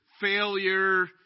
failure